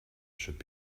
should